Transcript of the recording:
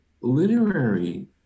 literary